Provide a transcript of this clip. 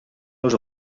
nos